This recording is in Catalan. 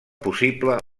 possible